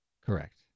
Correct